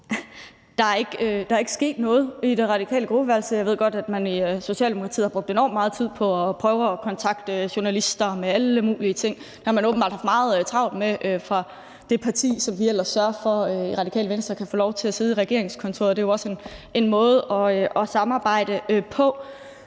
Der er ikke sket noget i det radikale gruppeværelse. Jeg ved godt, at man i Socialdemokratiet har brugt enormt meget tid på at prøve at kontakte journalister med alle mulige ting. Det har man åbenbart haft meget travlt med i det parti, som vi i Radikale Venstre ellers sørger for kan få lov at sidde i regeringskontorerne – det er jo også en måde at samarbejde på.